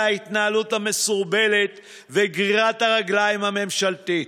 ההתנהלות המסורבלת וגרירת הרגליים הממשלתית.